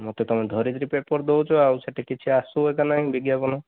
ହୁଁ ମୋତେ ତମେ ଧରିତ୍ରୀ ପେପର ଦେଉଛ ଆଉ ସେଠି କିଛି ଆସୁ ଏକା ନାହିଁ ବିଜ୍ଞାପନ